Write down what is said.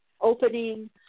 opening